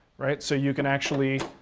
right? so you can actually